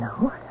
No